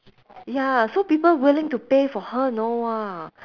ya so people willing to pay for her know !wah!